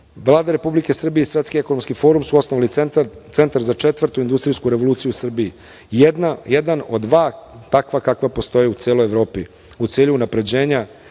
nema cenu. Vlada i Svetski ekonomski forum su osnovali Centar za Četvrtu industrijsku revoluciju u Srbiji, jedan od dva takva kakva postoje u celoj Evropi, u cilju unapređenja